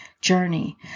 journey